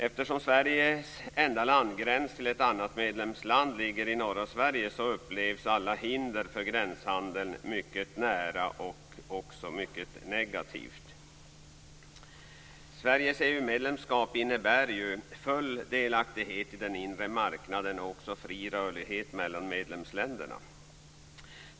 Eftersom Sveriges enda landgräns till ett annat medlemsland ligger i norra Sverige upplevs alla hinder för gränshandeln mycket nära och mycket negativt. Sveriges EU-medlemskap innebär ju full delaktighet i den inre marknaden och också fri rörlighet mellan medlemsländerna.